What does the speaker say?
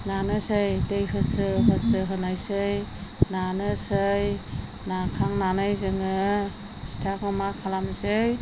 नानोसै दै होस्रो होस्रो होनायसै नानोसै नाखांनानै जोङो फिथाखौ मा खालामनोसै